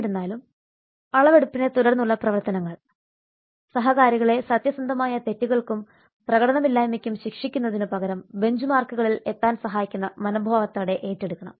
എന്നിരുന്നാലും അളവെടുപ്പിനെ തുടർന്നുള്ള പ്രവർത്തനങ്ങൾ സഹകാരികളെ സത്യസന്ധമായ തെറ്റുകൾക്കും പ്രകടനമില്ലായ്മയ്ക്കും ശിക്ഷിക്കുന്നതിനു പകരം ബെഞ്ച്മാർക്കുകളിൽ എത്താൻ സഹായിക്കുന്ന മനോഭാവത്തോടെ ഏറ്റെടുക്കണം